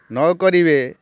ନକରିବେ